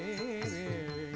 yeah